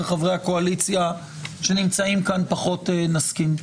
חברי הקואליציה שנמצאים כאן פחות נסכים.